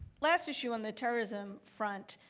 last issue on the terrorism front